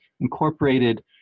incorporated